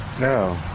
No